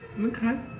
Okay